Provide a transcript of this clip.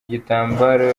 gitambaro